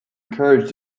encouraged